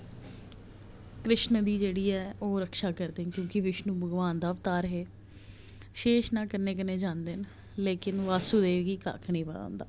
कृष्ण दी जेह्ड़ी ऐ ओह् रक्षा करदे न क्योंकि विष्णु भगवान दा अवतार हे शेषनाग कन्नै कन्नै जंदे न लेकिन वासुदेव गी कक्ख निं पता होंदा